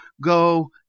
Go